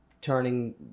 turning